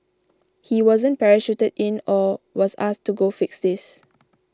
he wasn't parachuted in or was asked to go fix this